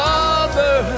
Father